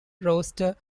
roster